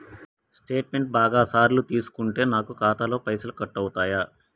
Statement బాగా సార్లు తీసుకుంటే నాకు ఖాతాలో పైసలు కట్ అవుతయా?